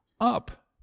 up